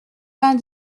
vingt